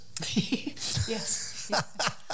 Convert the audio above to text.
Yes